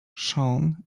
shawn